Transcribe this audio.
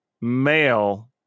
male